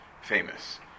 famous